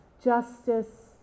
justice